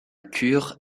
cure